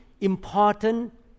important